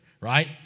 right